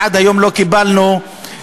אבל עד היום לא קיבלנו תשובה.